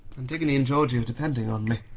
antigone and georgie are depending on me.